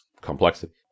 complexity